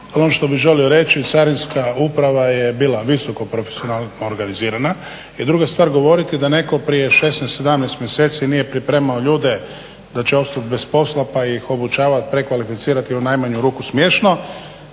ono što bih želio reći Carinska uprava je bila visoko profesionalno organizirana i druga stvar da netko prije 16, 17 mjeseci nije pripremao ljude da će ostati bez posla pa ih obučavat, prekvalificirati je u najmanju ruku smiješno.